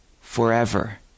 forever